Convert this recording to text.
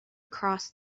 cross